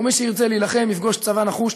מי שירצה להילחם יפגוש צבא נחוש,